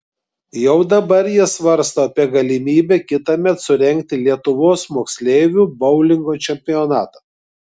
jau dabar jie svarsto apie galimybę kitąmet surengti lietuvos moksleivių boulingo čempionatą